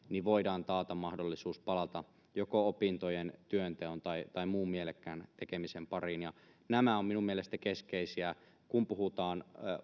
taata mahdollisuus palata joko opintojen työnteon tai muun mielekkään tekemisen pariin nämä ovat minun mielestäni keskeisiä asioita kun puhutaan